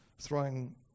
throwing